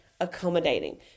accommodating